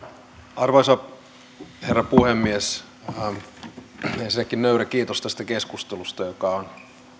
arvoisa herra puhemies ensinnäkin nöyrä kiitos tästä keskustelusta joka on